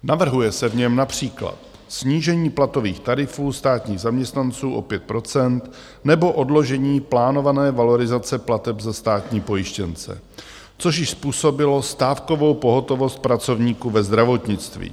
Navrhuje se v něm například snížení platových tarifů státních zaměstnanců o 5 % nebo odložení plánované valorizace plateb za státní pojištěnce, což již způsobilo stávkovou pohotovost pracovníků ve zdravotnictví.